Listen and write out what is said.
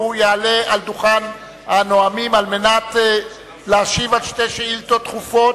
והוא יעלה על דוכן הנואמים על מנת להשיב על שתי שאילתות דחופות.